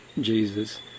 Jesus